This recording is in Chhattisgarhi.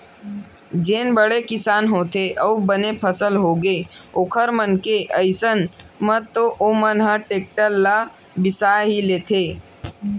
जेन बड़े किसान होथे अउ बने फसल होगे ओखर मन के अइसन म तो ओमन ह टेक्टर ल बिसा ही लेथे